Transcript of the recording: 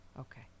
Okay